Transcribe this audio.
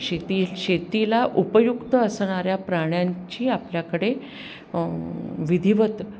शेती शेतीला उपयुक्त असणाऱ्या प्राण्यांची आपल्याकडे विधिवत